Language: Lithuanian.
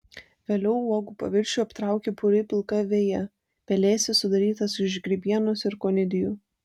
vėliau uogų paviršių aptraukia puri pilka veja pelėsis sudarytas iš grybienos ir konidijų